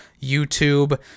youtube